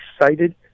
excited